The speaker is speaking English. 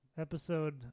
episode